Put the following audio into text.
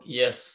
yes